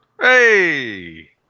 Hey